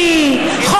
גם